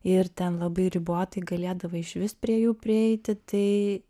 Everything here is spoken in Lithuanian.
ir ten labai ribotai galėdavai išvis prie jų prieiti tai